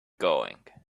going